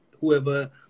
whoever